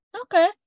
Okay